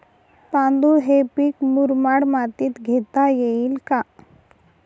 तांदूळ हे पीक मुरमाड मातीत घेता येईल का?